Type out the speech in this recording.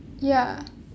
ya